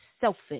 selfish